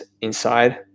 inside